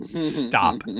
stop